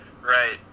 Right